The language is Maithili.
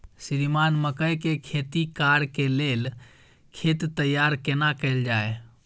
श्रीमान मकई के खेती कॉर के लेल खेत तैयार केना कैल जाए?